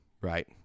right